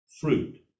fruit